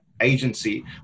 agency